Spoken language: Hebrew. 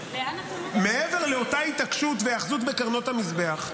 מעבר לאותה התעקשות והיאחזות בקרנות המזבח,